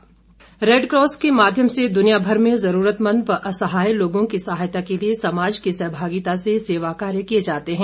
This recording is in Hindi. वीरेन्द्र कश्यप रैडक्रॉस के माध्यम से दुनियाभर में जरूरतमंद व असहाय लोगों की सहायता के लिए समाज की सहभागिता से सेवाकार्य किए जाते हैं